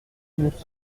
nous